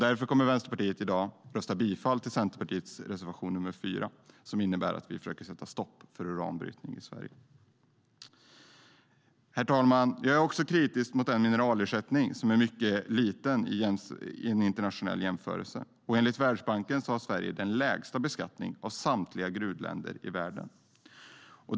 Därför kommer Vänsterpartiet att i dag rösta för bifall till Centerpartiets reservation nr 4, som innebär att vi försöker sätta stopp för uranbrytning i Sverige. Herr ålderspresident! Jag är också kritisk till mineralersättningen, som är mycket liten i en internationell jämförelse. Enligt Världsbanken har Sverige den lägsta beskattningen av samtliga gruvländer i världen.